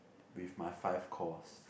with my five course